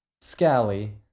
Scally